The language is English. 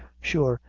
sure,